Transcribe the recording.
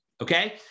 Okay